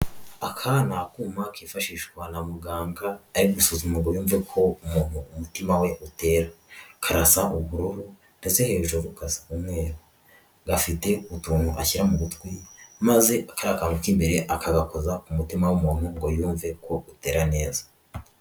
Aka ni akuma kifashishwa na muganga ari gusuzuma ngo yumve umuntu umutima we utera, karasa ubururu ndetse hejuru gasa umweru, gafite utuntu ashyira mu gutwi maze kariya kantu k'imbere akagakoza ku umutima w'umuntu ngo yumve ko utera neza.